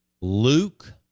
Luke